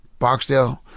Boxdale